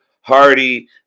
Hardy